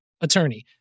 attorney